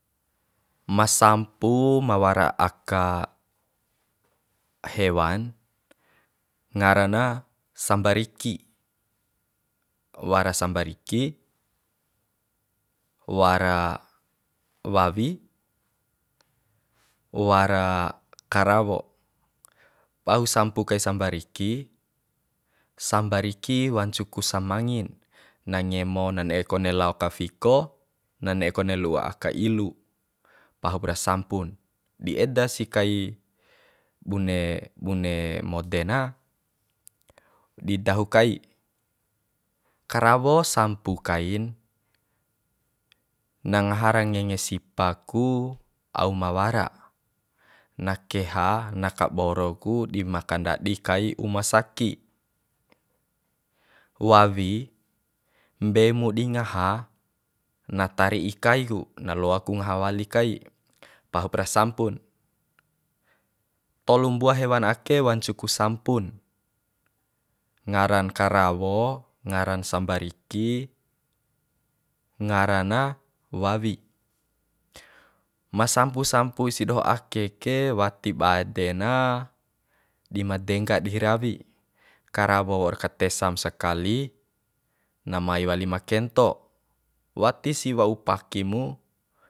Ma sampu ma wara aka hewan ngara na sambariki wara sambariki wara wawi wara karawo pahu sambu kai sambariki sambariki wancu ku samangin na ngemo na ne'e kone lao ta fiko na ne'e kone lu'u aka ilu pahup ra sampun di eda si kai bune bune mode na da dahu kai karawo sampu kain na ngaha ra ngenge sipa ku au ma wara na keha na kaboro ku di ma kandadi kai uma saki wawi mbei mu di ngaha na tari'i kai ku na loaku ngaha wali kai pahup ra sampun tolu mbua hewan ake wancu ku sampun ngaran karawo ngaran sambariki ngarana wawi ma sampu sampu sidoho ake ke wati bade na di made ngga di rawi karawo waur katesam sakali na mai wali ma kento wati si wau paki mu